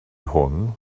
hwn